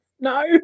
No